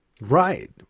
Right